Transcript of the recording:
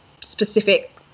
specific –